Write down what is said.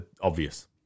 obvious